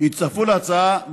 הצטרפו להצעה.